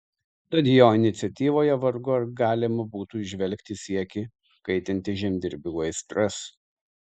tad jo iniciatyvoje vargu ar galima būtų įžvelgti siekį kaitinti žemdirbių aistras